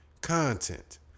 Content